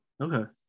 okay